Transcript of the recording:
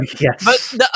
yes